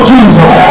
Jesus